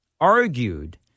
argued